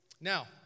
Now